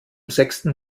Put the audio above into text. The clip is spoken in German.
sechsten